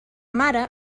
mare